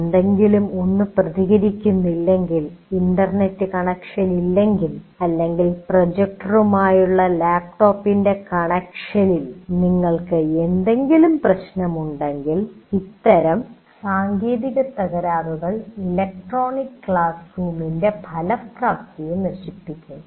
എന്തെങ്കിലും ഒന്ന് പ്രതികരിക്കുന്നില്ലെങ്കിൽ ഇന്റർനെറ്റ് കണക്ഷനില്ലെങ്കിൽ അല്ലെങ്കിൽ പ്രൊജക്ടറുമായുള്ള ലാപ്ടോപ്പ് കണക്ഷനിൽ നിങ്ങൾക്ക് എന്തെങ്കിലും പ്രശ്നമുണ്ടെങ്കിൽ ഇത്തരം സാങ്കേതിക തകരാറുകൾ ഇലക്ട്രോണിക് ക്ലാസ് റൂമിന്റെ ഫലപ്രാപ്തിയെ നശിപ്പിക്കും